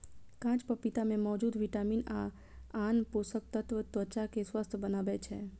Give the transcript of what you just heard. कांच पपीता मे मौजूद विटामिन आ आन पोषक तत्व त्वचा कें स्वस्थ बनबै छै